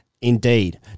Indeed